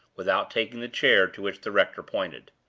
without taking the chair to which the rector pointed.